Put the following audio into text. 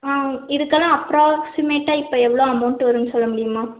ஆ இதுக்கெல்லாம் அப்ராக்சிமேட்டாக இப்போ எவ்வளோ அமௌண்ட் வரும்னு சொல்லமுடியுமா